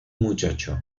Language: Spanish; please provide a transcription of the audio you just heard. muchacho